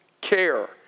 care